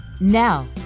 Now